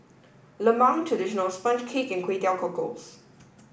Lemang Traditional Sponge Cake and Kway Teow Cockles